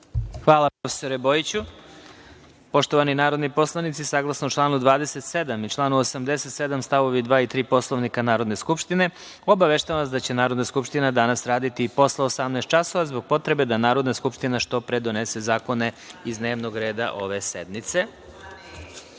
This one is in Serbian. Hvala profesore Bojiću. Poštovani narodni poslanici saglasno članu 27. i član u 87. st. 2. i 3. Poslovnika Narodne skupštine, obaveštavam vas da će Narodna skupština danas raditi i posle 18,00 časova zbog potrebe da Narodna skupština što pre donese zakone iz dnevnog reda ove sednice. Na